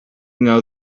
know